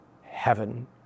heaven